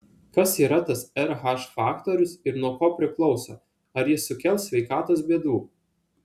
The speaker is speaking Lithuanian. kas yra tas rh faktorius ir nuo ko priklauso ar jis sukels sveikatos bėdų